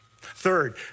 Third